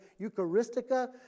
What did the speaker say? Eucharistica